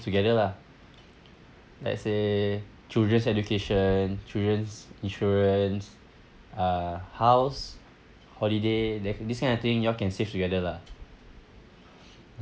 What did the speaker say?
together lah let's say children's education children's insurance uh house holiday there this kind of thing you all can save together lah